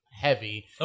heavy